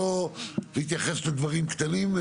לא להתייחס לדברים קטנים,